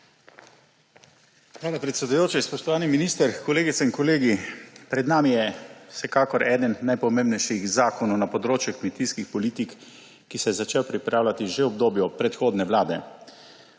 Hvala, predsedujoči. Spoštovani minister, kolegice in kolegi! Pred nami je vsekakor eden najpomembnejših zakonov na področju kmetijskih politik, ki se je začel pripravljati že v obdobju predhodne vlade.